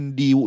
di